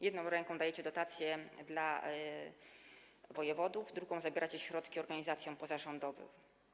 Jedną ręką dajecie dotacje wojewodom, drugą - zabieracie środki organizacjom pozarządowym.